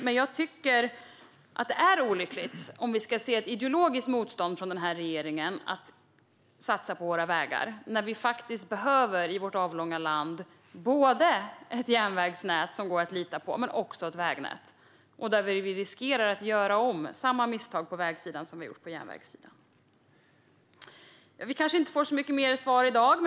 Det är olyckligt om vi ska se ett ideologiskt motstånd från regeringen att satsa på våra vägar. Vi behöver i vårt avlånga land både ett järnvägsnät som går att lita på och också ett vägnät. Vi riskerar att göra om samma misstag på vägsidan som vi har gjort på järnvägssidan. Vi kanske inte får så mycket mer svar i dag.